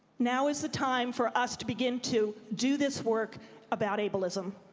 now is the time for us to begin to do this work about ableism.